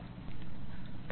परिणाम क्या है